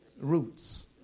Roots